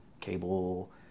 cable